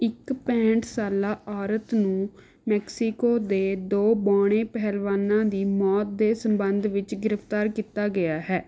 ਇੱਕ ਪੈਂਹਠ ਸਾਲਾ ਔਰਤ ਨੂੰ ਮੈਕਸੀਕੋ ਦੇ ਦੋ ਬੋਣੇ ਪਹਿਲਵਾਨਾਂ ਦੀ ਮੌਤ ਦੇ ਸੰਬੰਧ ਵਿੱਚ ਗ੍ਰਿਫਤਾਰ ਕੀਤਾ ਗਿਆ ਹੈ